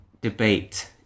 debate